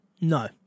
No